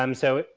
um so,